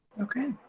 Okay